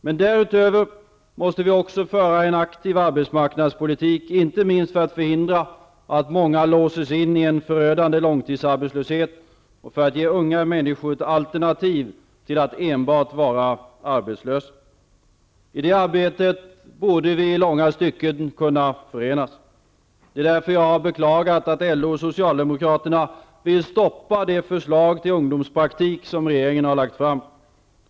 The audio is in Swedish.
Men därutöver måste vi också föra en aktiv arbetsmarknadspolitik, inte minst för att förhindra att många låses in i en förödande långtidsarbetslöshet och för att ge unga människor ett alternativ till att enbart vara arbetslösa. I det arbetet borde vi i långa stycken kunna förenas. Det är därför jag beklagar att LO och Socialdemokraterna vill stoppa det förslag till ungdomspraktik som regeringen lagt fram.